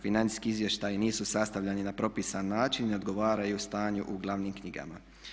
Financijski izvještaji nisu sastavljani na propisani način i ne odgovaraju stanju u glavnim knjigama.